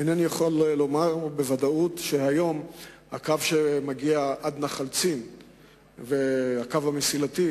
אינני יכול לומר בוודאות שהיום הקו שמגיע עד נחל-צין והקו המסילתי,